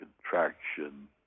contraction